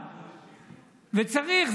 וצריך.